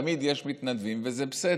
תמיד יש מתנדבים, וזה בסדר,